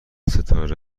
ستاره